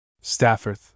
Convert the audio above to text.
Stafford